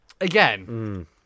Again